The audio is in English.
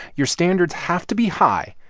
your standards have to be high,